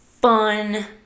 fun